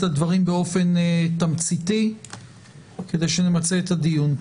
הדברים באופן תמציתי כדי שנמצה את הדיון.